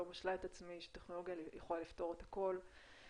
לא משלה את עצמי שטכנולוגיה יכולה לפתור את הכל ושמענו